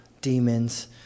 demons